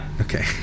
Okay